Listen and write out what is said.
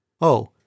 Oh